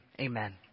Amen